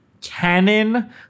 canon